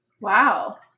Wow